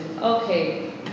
Okay